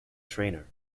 trainer